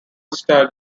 star